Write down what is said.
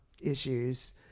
issues